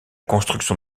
construction